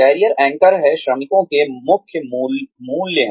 career anchor हैं श्रमिकों के मुख्य मूल्य हैं